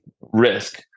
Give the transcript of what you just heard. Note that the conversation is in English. risk